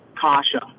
Kasha